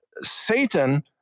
Satan